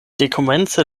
dekomence